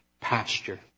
pasture